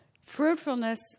Fruitfulness